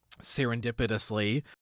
serendipitously